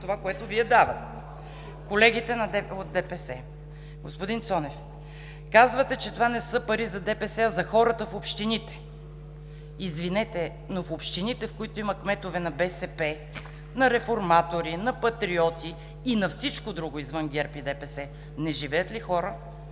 това, което Вие давате. Колегите от ДПС. Господин Цонев, казвате, че това не са пари за ДПС, а за хората в общините. Извинете, но в общините, в които има кметове на БСП, на реформатори, на патриоти и на всичко друго извън ГЕРБ и ДПС, не живеят ли хора,